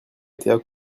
étaient